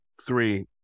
three